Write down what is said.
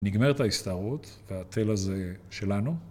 נגמרת ההסתערות והתל הזה שלנו.